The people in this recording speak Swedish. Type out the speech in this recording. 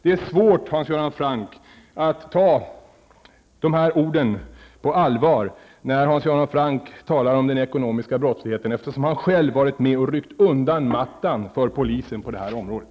Det är svårt att ta Hans Göran Francks ord på allvar när han talar om den ekonomiska brottsligheten, eftersom han själv har varit med och ryckt undan mattan för polisen på det här området.